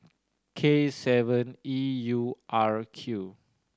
K seven E U R Q